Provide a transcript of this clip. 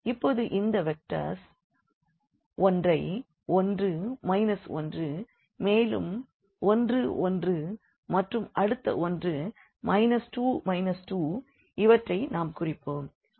இப்போது இந்த வெக்டர்ஸ் ஒன்றை 1 1 மேலும் 1 1 மற்றும் அடுத்த ஒன்று இவற்றை நாம் குறிப்போம்